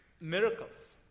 miracles